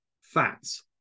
fats